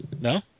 no